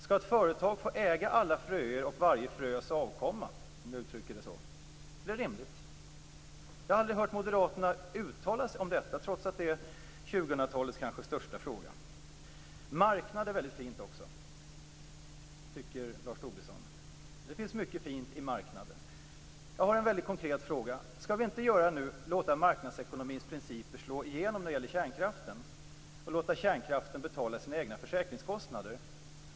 Skall ett företag få äga alla fröer och varje frös avkomma, om jag uttrycker det så? Är det rimligt? Jag har aldrig hört Moderaterna uttala sig om detta trots att det kanske är 2000-talets största fråga. Marknad är väldigt fint också, tycker Lars Tobisson. Det finns mycket fint i marknaden. Jag har en väldigt konkret fråga. Skall vi inte nu låta marknadsekonomins principer slå igenom när det gäller kärnkraften och låta kärnkraften betala sina egna försäkringskostnader?